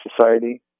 society